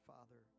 Father